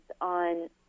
on